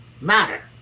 matter